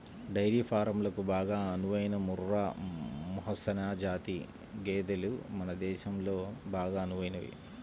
dairy ఫారంలకు బాగా అనువైన ముర్రా, మెహసనా జాతి గేదెలు మన దేశంలో బాగా అనువైనవి